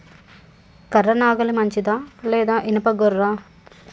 కర్ర నాగలి మంచిదా లేదా? ఇనుప గొర్ర?